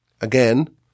Again